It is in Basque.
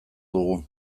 dugu